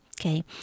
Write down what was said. Okay